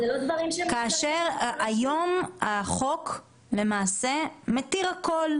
היום החוק למעשה מתיר הכול,